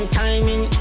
timing